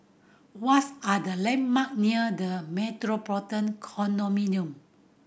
what's are the landmark near The Metropolitan Condominium